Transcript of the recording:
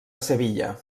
sevilla